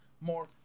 more